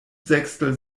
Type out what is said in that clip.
sechstel